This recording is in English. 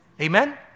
Amen